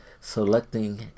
Selecting